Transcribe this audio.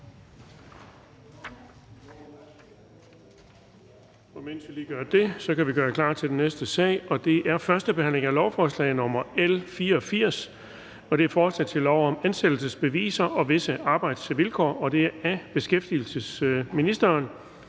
er: 16) 1. behandling af lovforslag nr. L 84: Forslag til lov om ansættelsesbeviser og visse arbejdsvilkår. Af beskæftigelsesministeren